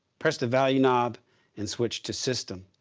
press the value knob and switch to system.